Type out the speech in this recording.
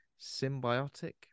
symbiotic